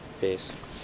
Peace